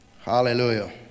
Hallelujah